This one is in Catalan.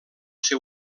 ser